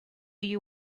you